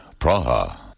Praha